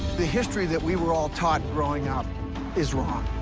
the history that we were all taught growing up is wrong.